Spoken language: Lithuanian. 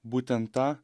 būtent tą